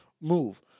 move